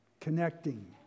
connecting